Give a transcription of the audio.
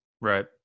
right